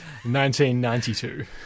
1992